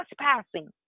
trespassing